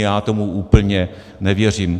Já tomu úplně nevěřím.